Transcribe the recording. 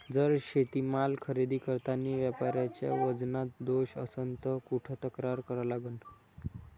जर शेतीमाल खरेदी करतांनी व्यापाऱ्याच्या वजनात दोष असन त कुठ तक्रार करा लागन?